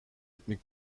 etmek